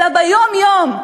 אלא ביום-יום,